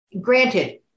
granted